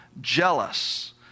jealous